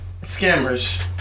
Scammers